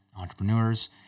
entrepreneurs